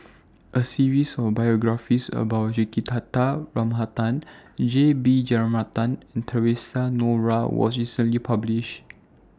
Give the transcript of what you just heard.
A series of biographies about Juthika Ramanathan J B Jeyaretnam and Theresa Noronha was recently published